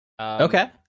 Okay